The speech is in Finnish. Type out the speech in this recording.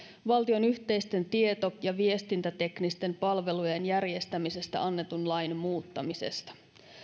valtion yhteisten tieto ja viestintäteknisten palvelujen järjestämisestä annetun lain muuttamisesta